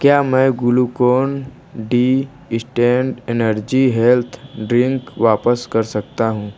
क्या मैं Glucon D instant energy health drink वापस कर सकता हूँ